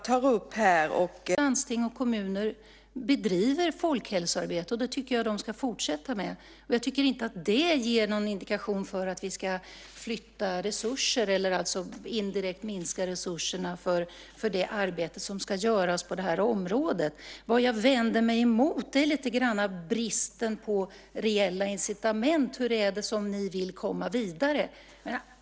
Fru talman! Jag understryker att jag tycker att det är alldeles utmärkt att landsting och kommuner bedriver folkhälsoarbete. Det tycker jag att de ska fortsätta med. Jag tycker inte att det ger någon indikation för att vi ska flytta resurser eller indirekt minska resurserna för det arbete som ska göras på området. Vad jag vänder mig emot är lite grann bristen på reella incitament, hur ni vill komma vidare.